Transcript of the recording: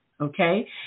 okay